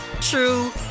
true